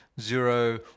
zero